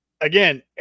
again